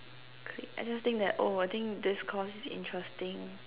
click I just think that oh I think this course is interesting